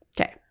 Okay